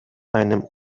einem